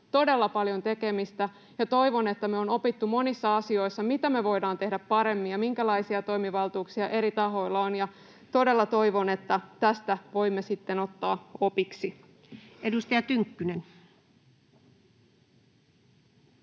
todella paljon tekemistä. Toivon, että me on opittu monissa asioissa, mitä me voidaan tehdä paremmin ja minkälaisia toimivaltuuksia eri tahoilla on, ja todella toivon, että tästä voimme sitten ottaa opiksi. [Speech